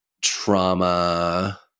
trauma